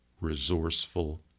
resourceful